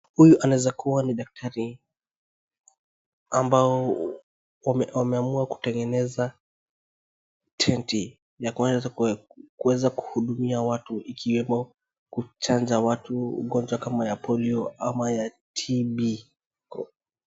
Huyu anaeza kuwa ni daktari ambao wameamua kutengeneza tenti ya kuweza kuhudumia watu ikiwemo kuchanja watu ugonjwa kama ya polio ama ya TB.